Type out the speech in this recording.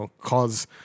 cause